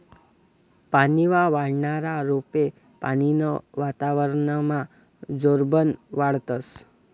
पानीमा वाढनारा रोपे पानीनं वातावरनमा जोरबन वाढतस